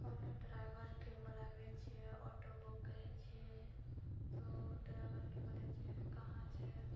कोनो ड्राइवरके बुलाबए छिऐ ऑटो बुक करै छिऐ तऽ ड्राइवरके बोलै छिऐ कहाँ छै